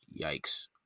yikes